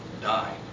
die